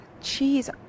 Cheese